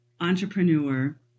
entrepreneur